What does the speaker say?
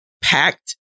packed